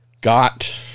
Got